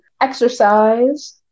exercise